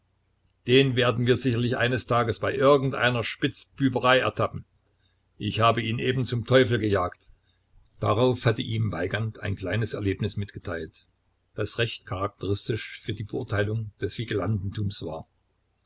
den werden wir sicherlich eines tages bei irgend einer spitzbüberei ertappen ich habe ihn eben zum teufel gesagt darauf hatte ihm weigand ein kleines erlebnis mitgeteilt das recht charakteristisch für die beurteilung des vigilantentums war